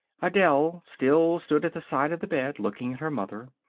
adele still stood at the side of the bed, looking at her mother.